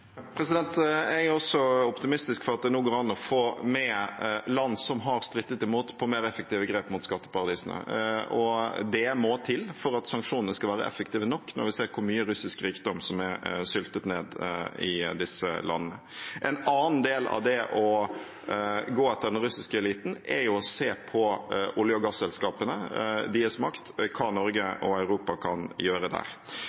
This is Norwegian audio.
Jeg er også optimistisk for at det nå går an å få med land som har strittet imot, på mer effektive grep mot skatteparadisene. Det må til for at sanksjonene skal være effektive nok når vi ser hvor mye russisk rikdom som er syltet ned i disse landene. En annen del av det å gå etter den russiske eliten, er jo å se på olje- og gasselskapene, deres makt, og hva Norge og Europa kan gjøre der.